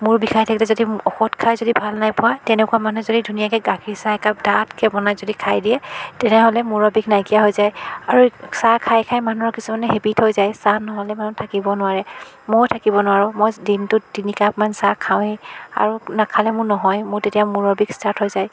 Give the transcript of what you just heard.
মূৰ বিষাই থাকিলে যদি ঔষধ খাই যদি ভাল নাই পোৱা তেনেকুৱা মানুহ যদি ধুনীয়াকৈ গাখীৰ চাহ একাপ ডাঠকৈ বনাই যদি খাই দিয়ে তেতিয়াহ'লে মূৰৰ বিষ নাইকীয়া হৈ যায় আৰু চাহ খাই খাই মানুহৰ কিছুমানৰ হেবিট হৈ যায় চাহ নহ'লে মানুহ থাকিব নোৱাৰে ময়ো থাকিব নোৱাৰোঁ মই দিনটোত তিনিকাপমান চাহ খাওঁয়েই আৰু নাখালে মোৰ নহয় মোৰ তেতিয়া মূৰৰ বিষ ষ্টাৰ্ট হৈ যায়